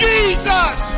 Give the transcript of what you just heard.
Jesus